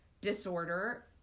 disorder